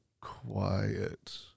quiet